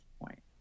point